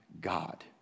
God